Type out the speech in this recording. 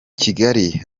kigali